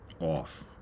Off